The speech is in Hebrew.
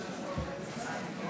חיבוקים ונישוקים.